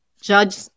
judge